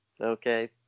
Okay